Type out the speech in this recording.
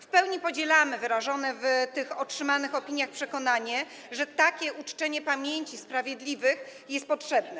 W pełni podzielamy wyrażone w otrzymanych opiniach przekonanie, że takie uczczenie pamięci sprawiedliwych jest potrzebne.